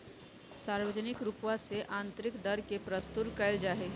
सार्वजनिक रूपवा से आन्तरिक दर के प्रस्तुत कइल जाहई